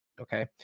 okay